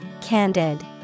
Candid